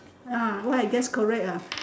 ah why I guess correct ah